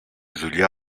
δουλειά